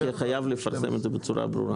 יהיה חייב לפרסם את זה בצורה ברורה.